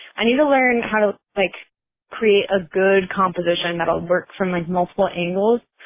i need to learn how to like create a good composition that'll work from like multiple angles.